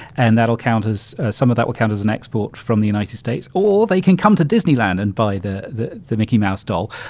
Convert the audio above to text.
and that'll count as some of that will count as an export from the united states. or they can come to disneyland and buy the the mickey mouse doll.